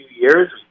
years